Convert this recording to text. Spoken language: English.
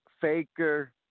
Faker